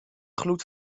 gloed